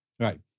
Right